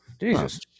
Jesus